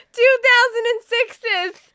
2006's